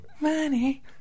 money